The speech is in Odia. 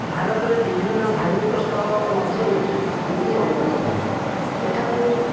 ଭାରତରେ ବିଭିନ୍ନ ଧାର୍ମିକସ୍ଥଳ ମଧ୍ୟରୁ ପୁରୀ ଅନ୍ୟତମ ଏଠାକୁ